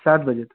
सात बजे तक